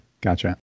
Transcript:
Gotcha